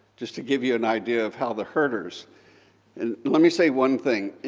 just to give you an idea of how the herders and let me say one thing.